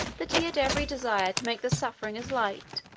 that he had every desire to make the suffering as light,